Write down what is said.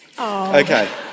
Okay